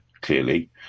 clearly